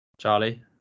Charlie